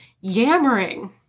yammering